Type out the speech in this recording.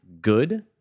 good